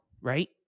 right